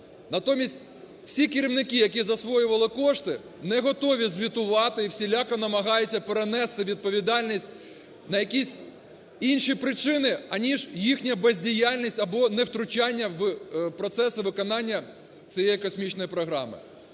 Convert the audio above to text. Натомість всі керівники, які засвоювали кошти, не готові звітувати і всіляко намагаються перенести відповідальність на якісь інші причини, аніж їхня бездіяльність або невтручання в процес виконання цієї космічної програми.